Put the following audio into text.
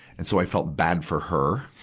and so i felt bad for her.